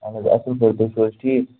اَہَن حظ اَصٕل پٲٹھۍ تُہۍ چھُو حظ ٹھیٖک